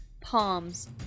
palms